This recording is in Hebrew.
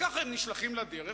כך הם נשלחים לדרך.